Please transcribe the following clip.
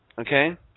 Okay